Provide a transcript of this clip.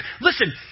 Listen